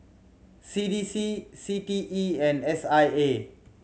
C D C C T E and S I A